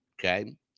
Okay